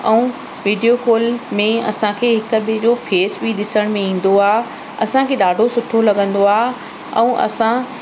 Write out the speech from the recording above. ऐं video call में असांखे हिक ॿिए जो फेस बि ॾिसण में ईंदो आहे असांखे ॾाढो सुठो लॻंदो आहे ऐं असां